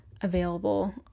available